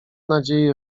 nadziei